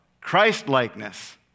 Christ-likeness